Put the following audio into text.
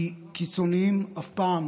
כי קיצונים אף פעם